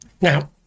Now